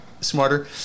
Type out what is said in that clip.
smarter